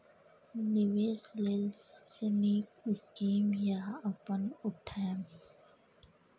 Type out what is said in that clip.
निवेश लेल सबसे नींक स्कीम की या अपन उठैम?